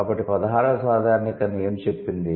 కాబట్టి 16 ఏమి చెప్పింది